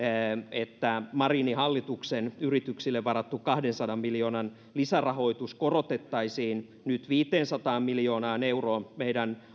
että marinin hallituksen yrityksille varattu kahdensadan miljoonan lisärahoitus korotettaisiin nyt viiteensataan miljoonaan euroon meidän